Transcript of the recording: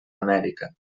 amèrica